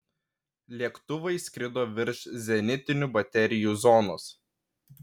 lėktuvai skrido virš zenitinių baterijų zonos